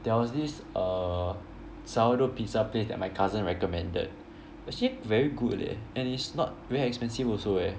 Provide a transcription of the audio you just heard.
there was this uh sourdough pizza place that my cousin recommended actually very good leh and it's not really expensive also eh